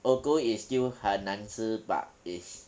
although it's still 很难吃 but it's